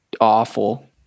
awful